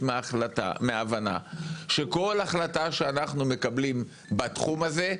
מהבנה שכל החלטה שאנחנו מקבלים בתחום הזה,